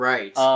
Right